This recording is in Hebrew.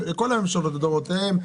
לכל הממשלות לדורותיהן,